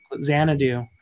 Xanadu